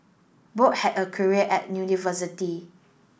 both had a career at university